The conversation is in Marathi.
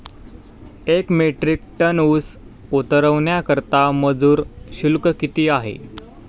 एक मेट्रिक टन ऊस उतरवण्याकरता मजूर शुल्क किती आहे?